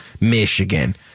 Michigan